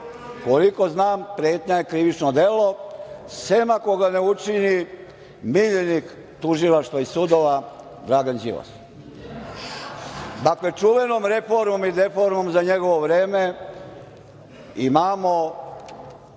Koliko znam, pretnja je krivično delo, sem ako ga ne učini miljenik tužilaštva i sudova, Dragan Đilas. Dakle, čuvenom reformom i deformom za njegovo vreme imamo